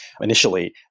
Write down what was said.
initially